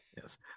yes